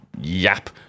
Yap